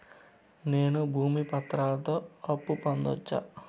నేను భూమి పత్రాలతో అప్పు పొందొచ్చా?